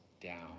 down